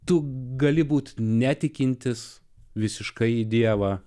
tu gali būti netikintis visiškai dievą